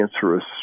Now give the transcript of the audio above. cancerous